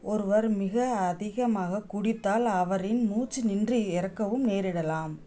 ஒருவர் மிக அதிகமாக குடித்தால் அவரின் மூச்சு நின்று இறக்கவும் நேரிடலாம்